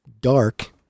Dark